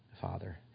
Father